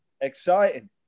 Exciting